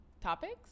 topics